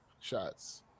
shots